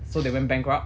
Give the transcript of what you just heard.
so they went bankrupt